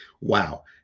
wow